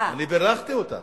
בירכתי אותה.